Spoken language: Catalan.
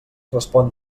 respon